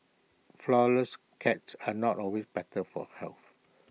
Flourless Cakes are not always better for health